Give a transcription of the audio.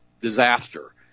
disaster